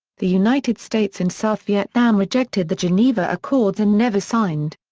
the united states and south vietnam rejected the geneva accords and never signed.